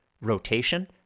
rotation